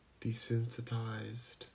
Desensitized